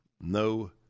no